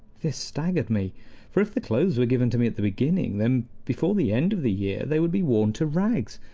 this staggered me for if the clothes were given to me at the beginning, then before the end of the year they would be worn to rags,